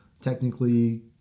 technically